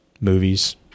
movies